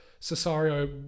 Cesario